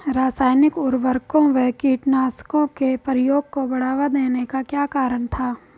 रासायनिक उर्वरकों व कीटनाशकों के प्रयोग को बढ़ावा देने का क्या कारण था?